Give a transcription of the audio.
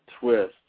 twist